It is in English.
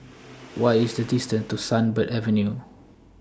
What IS The distance to Sunbird Avenue